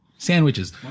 Sandwiches